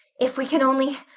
if we. can. only.